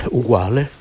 uguale